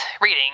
reading